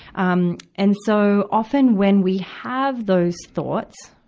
um and so, often when we have those thoughts,